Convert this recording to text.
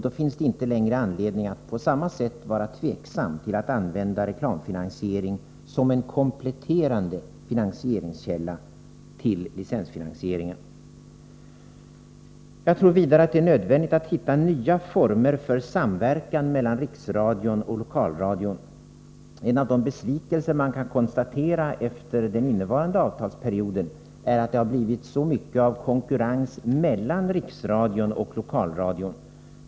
Då finns det inte längre anledning att på samma sätt vara tveksam till att använda reklam som en kompletterande finansieringskälla vid sidan av licensfinansieringen. Jag tror vidare att det är nödvändigt att hitta nya former för samverkan mellan Riksradion och Lokalradion. Ett av de konstateranden vi med besvikelse måste göra efter den innevarande avtalsperioden är att det har blivit så mycket av konkurrens mellan Riksradion och Lokalradion.